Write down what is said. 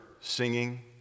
singing